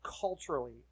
culturally